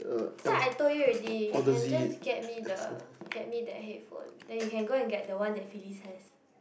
that's why I told you already you can just get me the get me the headphone then you can go and get the one that Phyllis has